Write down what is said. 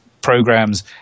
programs